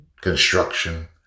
construction